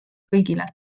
kõigile